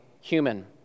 human